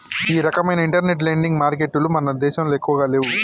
ఈ రకవైన internet lending మారికెట్టులు మన దేశంలో ఎక్కువగా లేవు